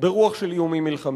ברוח של איומים מלחמתיים.